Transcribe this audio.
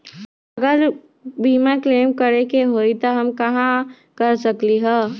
अगर बीमा क्लेम करे के होई त हम कहा कर सकेली?